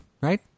right